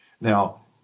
Now